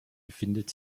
befindet